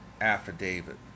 affidavit